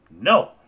No